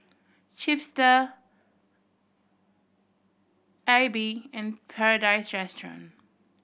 Chipster Aibi and Paradise